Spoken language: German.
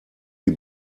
die